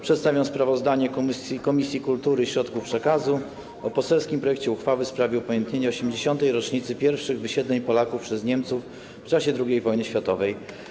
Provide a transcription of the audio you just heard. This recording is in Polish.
Przedstawiam sprawozdanie Komisji Kultury i Środków Przekazu o poselskim projekcie uchwały w sprawie upamiętnienia 80. rocznicy pierwszych wysiedleń Polaków przez Niemców w czasie II wojny światowej.